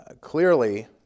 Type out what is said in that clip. clearly